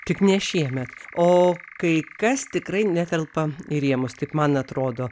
tik ne šiemet o kai kas tikrai netelpa į rėmus taip man atrodo